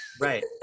right